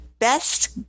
best